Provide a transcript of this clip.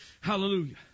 Hallelujah